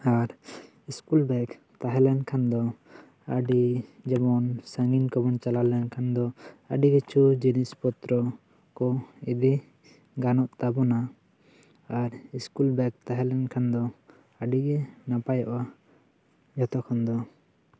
ᱟᱨ school bag ᱛᱟᱦᱮᱸ ᱞᱮᱱᱠᱷᱟᱱ ᱫᱚ ᱟᱹᱰᱤ ᱡᱮᱢᱚᱱ ᱥᱟ ᱜᱤᱧ ᱠᱚᱵᱚᱱ ᱪᱟᱞᱟᱣ ᱞᱮᱱ ᱠᱷᱟᱱ ᱫᱚ ᱟᱹᱰᱤ ᱠᱤᱪᱩ ᱡᱤᱱᱤᱥ ᱯᱚᱛᱨᱚ ᱠᱚ ᱤᱫᱤ ᱜᱟᱱᱚᱜ ᱛᱟᱵᱚᱱᱟ ᱟᱨ ᱤᱥᱠᱩᱞ ᱵᱮᱜᱽ ᱛᱟᱦᱮᱸ ᱞᱮᱱᱠᱷᱟᱱ ᱫᱚ ᱟᱹᱰᱤ ᱜᱮ ᱱᱟᱯᱟᱭᱚᱜᱼᱟ ᱡᱚᱛᱚ ᱠᱷᱚᱱ ᱫᱚ